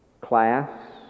class